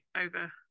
over